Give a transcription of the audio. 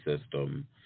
system